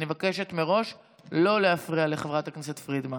אני מבקשת מראש לא להפריע לחברת הכנסת פרידמן.